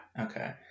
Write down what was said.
Okay